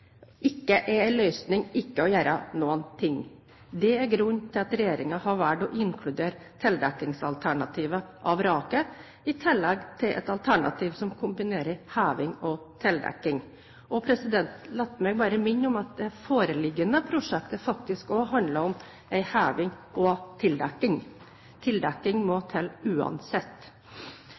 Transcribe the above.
inkludere tildekkingsalternativet av vraket i tillegg til et alternativ som kombinerer heving og tildekking. La meg bare minne om at det foreliggende prosjektet faktisk også handler om en heving og en tildekking. Tildekking må til uansett.